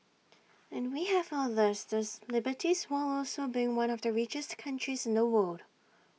and we have all of these these liberties while also being one of the richest countries in the world